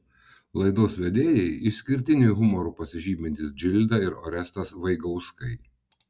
laidos vedėjai išskirtiniu humoru pasižymintys džilda ir orestas vaigauskai